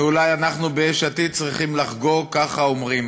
ואולי אנחנו ביש עתיד צריכים לחגוג, ככה אומרים.